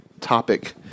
topic